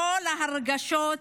כל הרגשות,